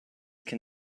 can